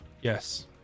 yes